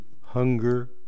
hunger